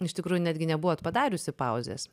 iš tikrųjų netgi nebuvot padariusi pauzės